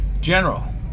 General